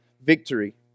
victory